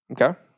Okay